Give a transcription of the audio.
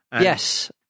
Yes